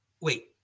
Wait